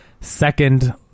second